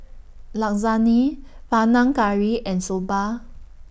Lasagne Panang Curry and Soba